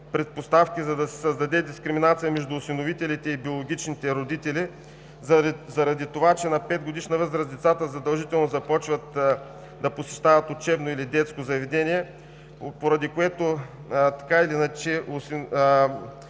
предпоставки за създаването на дискриминация между осиновителите и биологичните родители заради това, че на 5-годишна възраст децата задължително започват да посещават учебно или детско заведение, поради което така или иначе